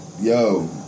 Yo